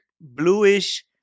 bluish